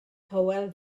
hywel